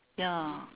ya